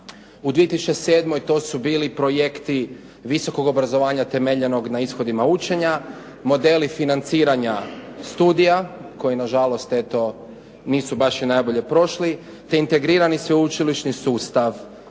U 2007. to su bili projekti visokog obrazovanja temeljenog na ishodima učenja, modeli financiranja studija koji na žalost eto nisu baš ni najbolje prošli, te integrirani sveučilišni sustav